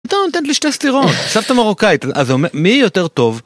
היתה נותן לי שתי סטירות, סבתא מרוקאית, אז מי יותר טוב?